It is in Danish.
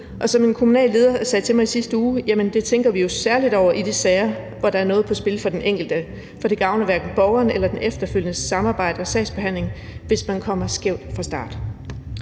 og som en kommunal leder sagde til mig i sidste uge: Jamen det tænker vi jo særlig over i de sager, hvor der er noget på spil for den enkelte, for det gavner hverken borgeren eller det efterfølgende samarbejde og sagsbehandlingen, hvis man kommer skævt fra start.